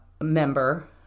member